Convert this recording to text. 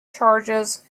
charges